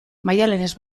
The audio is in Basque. maialenez